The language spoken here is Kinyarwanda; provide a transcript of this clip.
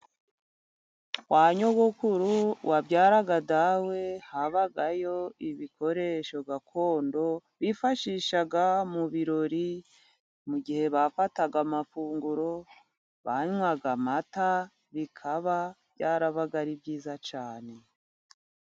Kwa nyogokuru wabyaraga dawe, habagayo ibikoresho gakondo bifashishaga mu birori, mu gihe bafataga amafunguro, banywaga amata, bikaba byarabaga ari byiza cyane.